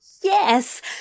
Yes